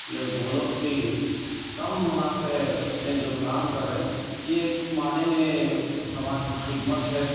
لگ وہ لوگ بھی کم منافعہ میں جو کام کر رہے ہیں یہ ایک معنے میں سماج کی خدمت ہے